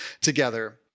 together